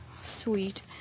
Sweet